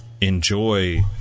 enjoy